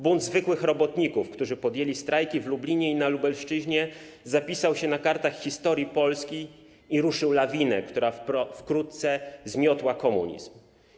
Bunt wszystkich robotników, którzy podjęli strajki w Lublinie i na Lubelszczyźnie, zapisał się na kartach historii Polski i ruszył lawinę, która wkrótce zmiotła komunizm.